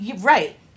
Right